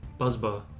Buzzbar